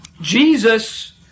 Jesus